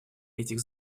этих